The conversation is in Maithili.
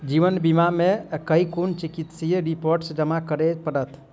जीवन बीमा मे केँ कुन चिकित्सीय रिपोर्टस जमा करै पड़त?